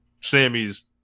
Sammy's